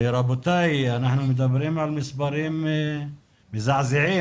רבותיי, אנחנו מדברים על מספרים מזעזעים.